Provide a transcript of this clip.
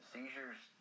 Seizures